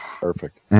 Perfect